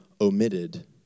omitted